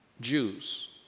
Jews